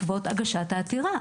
האגודה למען הלהט"ב,